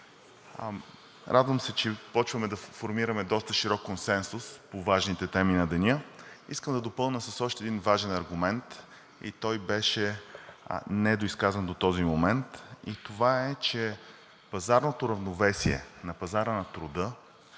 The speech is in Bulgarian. Радвам се, че започваме да формираме доста широк консенсус по важните теми на деня. Искам да допълня с още един важен аргумент, той беше недоизказан до този момент – че пазарното равновесие на пазара на труда